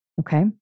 Okay